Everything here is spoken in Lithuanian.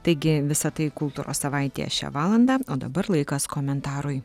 taigi visą tai kultūros savaitėje šią valandą o dabar laikas komentarui